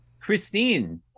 Christine